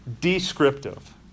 descriptive